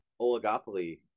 oligopoly